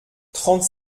trente